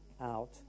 out